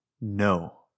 No